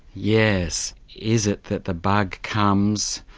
yes. is it that the bug comes,